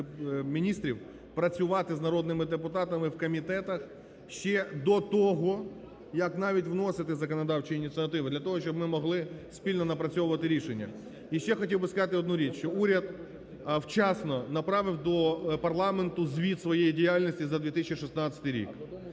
міністрів працювати з народними депутатами в комітетах ще до того, як навіть вносити законодавчі ініціативи, для того, щоб ми могли спільно напрацьовувати рішення. І ще хотів би сказати одну річ, що уряд вчасно направив до парламенту звіт своєї діяльності за 2016 рік.